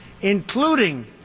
including